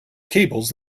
cables